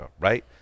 right